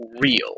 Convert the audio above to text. real